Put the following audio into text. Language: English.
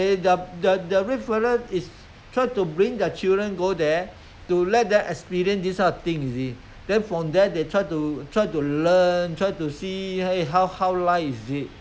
it's good for the kid lah I mean of course I mean don't everything the kid want this want that then you just try try to buy this buy that I didn't eat this eat that then okay lah don't eat also can lah